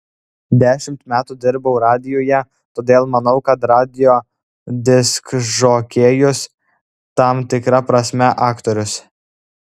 dešimt metų dirbau radijuje todėl manau kad radijo diskžokėjus tam tikra prasme aktorius